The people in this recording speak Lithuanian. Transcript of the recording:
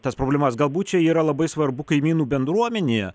tas problemas galbūt čia yra labai svarbu kaimynų bendruomenėje